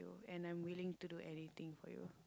and I'm willing to do anything for you